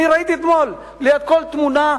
אני ראיתי אתמול ליד כל תמונה,